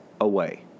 away